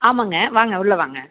ஆமாங்க வாங்க உள்ளே வாங்க